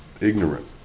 ignorant